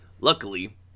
luckily